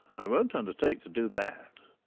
i won't undertake to do that.